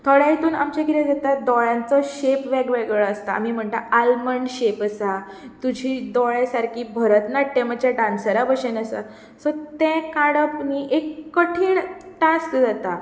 थोडें हितूंत आमचें कितें जाता दोळ्यांचो शेप वेगवेगळो आसता आमी म्हणटा आल्मंड शेप आसा तुजी दोळ्यां सारकी भरत नाट्यमाच्या डान्सरा भशेन आसा सो तें काडप न्ही एक कठीण टास्क जाता